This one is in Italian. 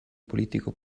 politico